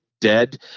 dead